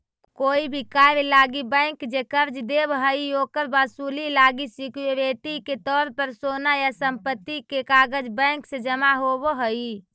कोई भी कार्य लागी बैंक जे कर्ज देव हइ, ओकर वसूली लागी सिक्योरिटी के तौर पर सोना या संपत्ति के कागज़ बैंक में जमा होव हइ